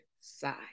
side